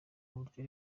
uburyo